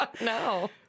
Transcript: no